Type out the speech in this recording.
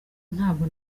ntabwo